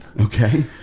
okay